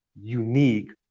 unique